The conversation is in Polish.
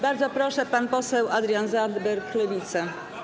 Bardzo proszę, pan poseł Adrian Zandberg, Lewica.